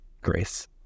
grace